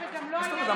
מה זאת אומרת?